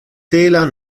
tela